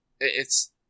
It's-